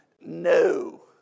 no